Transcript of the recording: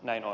näin on